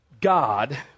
God